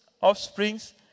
offsprings